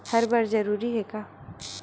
हर बार जरूरी हे का?